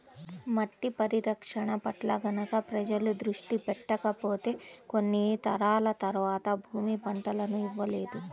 మట్టి పరిరక్షణ పట్ల గనక ప్రజలు దృష్టి పెట్టకపోతే కొన్ని తరాల తర్వాత భూమి పంటలను ఇవ్వలేదు